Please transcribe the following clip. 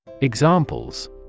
Examples